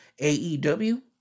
AEW